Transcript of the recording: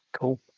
Cool